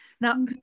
now